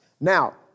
Now